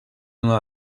una